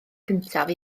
cyntaf